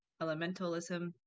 elementalism